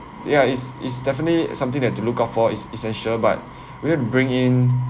ya it's it's definitely something that to look out for is essential but will bring in